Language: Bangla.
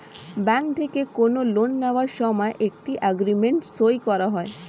ব্যাঙ্ক থেকে কোনো লোন নেওয়ার সময় একটা এগ্রিমেন্ট সই করা হয়